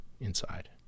inside